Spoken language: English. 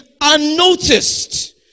unnoticed